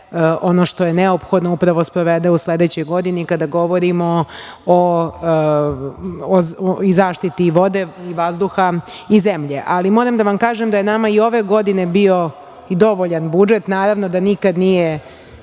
ono što je neophodno da upravo sprovede i sledećoj godini, kada govorimo i zaštiti i vode i vazduha i zemlje. Moram da vam kažem da je nama i ove godine bio dovoljan budžet, naravno, da nikad nije